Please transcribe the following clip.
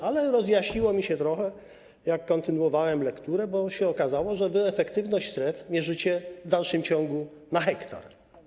Ale rozjaśniło mi się trochę, gdy kontynuowałem lekturę, bo się okazało, że wy efektywność stref mierzycie w dalszym ciągu: na hektar.